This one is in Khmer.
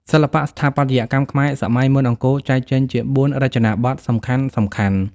សិល្បៈស្ថាបត្យកម្មខ្មែរសម័យមុនអង្គរចែកចេញជា ៤ រចនាបថសំខាន់ៗ។